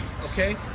okay